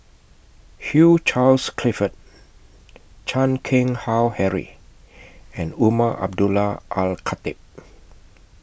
Hugh Charles Clifford Chan Keng Howe Harry and Umar Abdullah Al Khatib